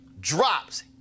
drops